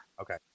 okay